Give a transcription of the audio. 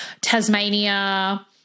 Tasmania